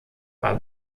war